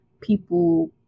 people